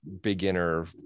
beginner